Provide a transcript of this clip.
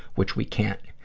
which we can't.